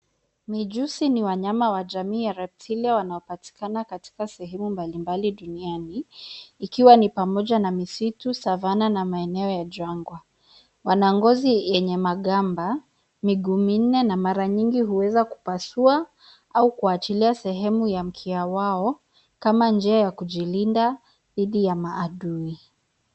Mijusi ni wanyama wa jamii ya reptile wanaopatikana katika sehemu mbalimbali duniani; ikiwa ni pamoja na misitu, savana na maeneo ya jangwa. Wana ngozi yenye magamba, miguu minne na mara nyingi huweza kupasua au kuachilia sehemu ya mkia wao kama njia ya kujilinda dhidi ya maadui.